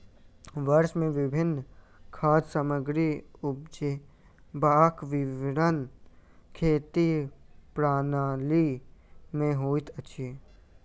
वर्ष मे विभिन्न खाद्य सामग्री उपजेबाक विवरण खेती प्रणाली में होइत अछि